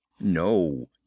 no